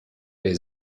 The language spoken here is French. les